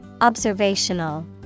Observational